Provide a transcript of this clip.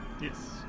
yes